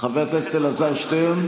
חבר הכנסת אלעזר שטרן?